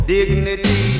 Dignity